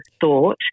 thought